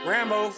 Rambo